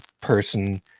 person